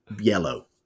yellow